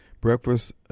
breakfast